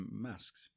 masks